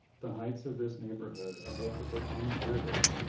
the heights of this neighbourhood, above the potomac river,